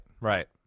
right